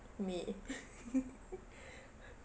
may